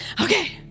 Okay